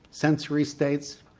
sensory states,